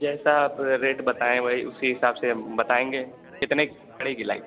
जैसा आप रेट बताएं वही उसी हिसाब से हम बताएंगे कितने की पड़ेगी लाइट